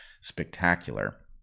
spectacular